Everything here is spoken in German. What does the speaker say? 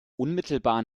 unmittelbar